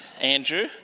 Andrew